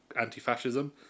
anti-fascism